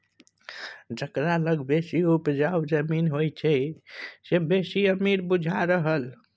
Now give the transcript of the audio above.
जकरा लग बेसी उपजाउ जमीन होइ छै से बेसी अमीर बुझा रहल